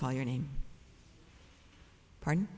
call your name pardon